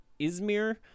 Izmir